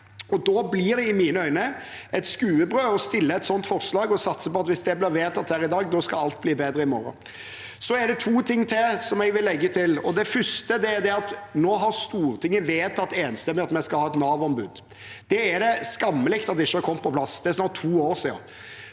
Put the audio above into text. Da blir det i mine øyne et skuebrød å fremme et sånt forslag og satse på at hvis det blir vedtatt her i dag, skal alt bli bedre i morgen. Så er det to ting til jeg vil legge til. Det første er at nå har Stortinget vedtatt enstemmig at vi skal ha et Navombud. Det er skammelig at det ikke har kommet på plass. Det er snart to år siden.